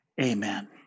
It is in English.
Amen